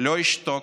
"לא אשתוק,